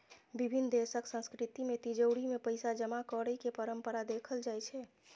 विभिन्न देशक संस्कृति मे तिजौरी मे पैसा जमा करै के परंपरा देखल जाइ छै